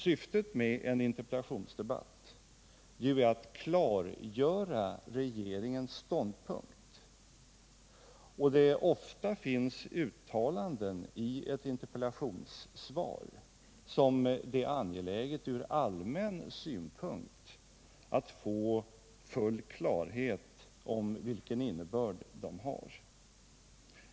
Syftet med en interpeltationsdebatt är ju att klargöra regeringens ståndpunkt, och för att uppnå det är det från allmän synpunkt angeläget att få full klarhet om innebörden i de uttalanden som finns i ett interpellationssvar.